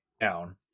down